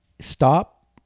stop